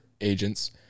agents